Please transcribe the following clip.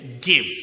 give